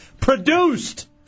Produced